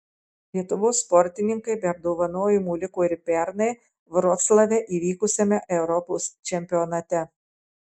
lietuvos sportininkai be apdovanojimų liko ir pernai vroclave įvykusiame europos čempionate